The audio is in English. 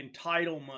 entitlement